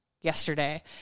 yesterday